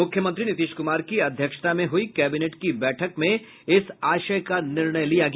मुख्यमंत्री नीतीश कुमार की अध्यक्षता में हुई कैबिनेट की बैठक में इस आशय का निर्णय लिया गया